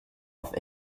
auf